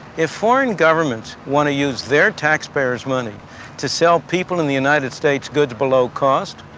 if foreign governments want to use their taxpayers' money to sell people in the united states goods below cost,